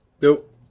Nope